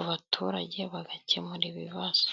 abaturage bagakemura ibibazo.